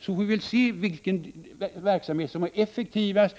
Sedan får vi se vilken verksamhet som är effektivast,